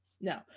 No